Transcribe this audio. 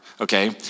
Okay